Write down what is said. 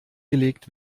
gelegt